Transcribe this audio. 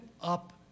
up